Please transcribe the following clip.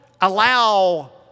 allow